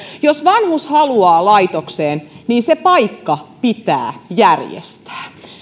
jos vanhus haluaa laitokseen niin se paikka pitää järjestää